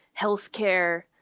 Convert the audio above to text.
healthcare